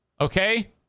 okay